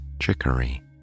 chicory